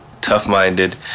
tough-minded